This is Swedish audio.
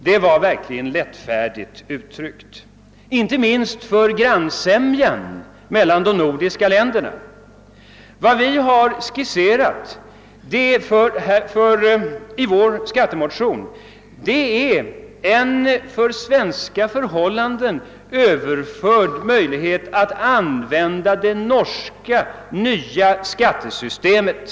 Det var verkligen lättfärdigt uttryckt, inte minst med tanke på grannsämjan mellan de nordiska länderna. Vad vi skisserat i vår motion är en till svenska förhållanden överförd tillämpning av det nya norska skattesystemet.